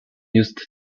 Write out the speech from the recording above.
used